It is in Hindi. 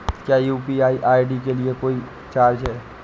क्या यू.पी.आई आई.डी के लिए कोई चार्ज है?